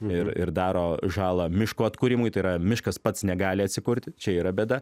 ir ir daro žalą miško atkūrimui tai yra miškas pats negali atsikurti čia yra bėda